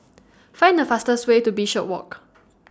Find The fastest Way to Bishopswalk